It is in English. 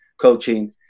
coaching